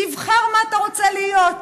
תבחר מה אתה רוצה להיות.